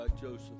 Joseph